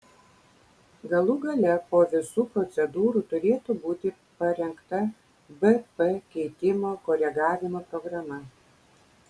galų gale po visų procedūrų turėtų būti parengta bp keitimo koregavimo programa